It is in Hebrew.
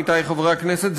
עמיתי חברי הכנסת,